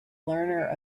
learner